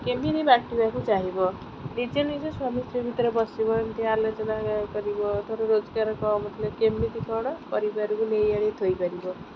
କେମିତି ବାଟିବାକୁ ଚାହିଁବ ନିଜେ ନିଜେ ସ୍ୱାମୀ ସ୍ତ୍ରୀ ଭିତରେ ବସିବ ଏମିତି ଆଲୋଚନା କରିବ ଥର ରୋଜଗାର କମ୍ ଥିଲେ କେମିତି କ'ଣ ପରିବାରକୁ ନେଇ ଆଣି ଥୋଇପାରିବ